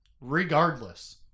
regardless